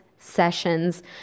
sessions